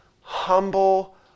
Humble